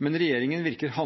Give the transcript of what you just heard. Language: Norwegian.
Men regjeringen virker